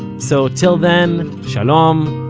so till then, shalom,